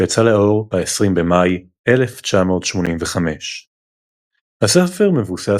שיצא לאור ב-20 במאי 1985. הספר מבוסס